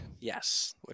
Yes